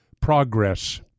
progress